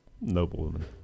noblewoman